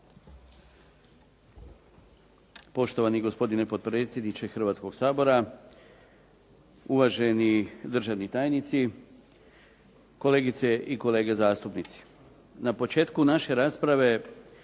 Poštovani gospodine potpredsjedniče Hrvatskoga sabora, uvaženi državni tajnici, kolegice i kolege zastupnici. Na početku naše rasprave